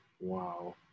Wow